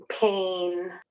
pain